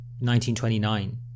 1929